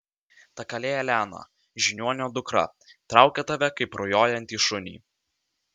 ta kalė elena žiniuonio dukra traukia tave kaip rujojantį šunį